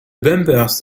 bumpers